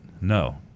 no